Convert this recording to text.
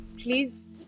please